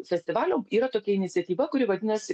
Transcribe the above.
festivalio yra tokia iniciatyva kuri vadinasi